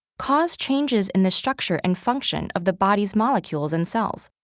cause changes in the structure and function of the body's molecules and cells.